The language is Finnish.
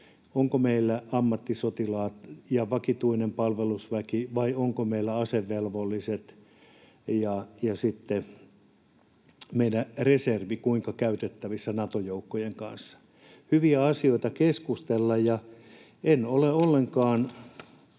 onko meillä ammattisotilaat ja vakituinen palvelusväki vai onko meillä asevelvolliset ja sitten meidän reservi kuinka käytettävissä Nato-joukkojen kanssa. Hyviä asioita keskustella. Ja en ole ollenkaan